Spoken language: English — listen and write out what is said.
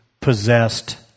possessed